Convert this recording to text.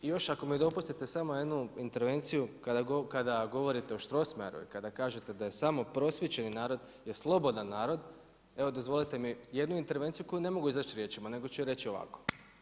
I još ako mi dopustite samo jednu intervenciju kada govorite o Strossmayeru i kada kažete da je samo prosvjećeni narod je slobodan narod, evo dozvolite mi jednu intervenciju koju ne mogu izreći riječima nego ću je reći ovako